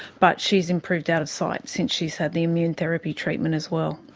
but she has improved out of sight since she has had the immune therapy treatment as well.